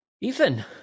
Ethan